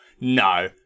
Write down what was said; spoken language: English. no